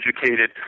educated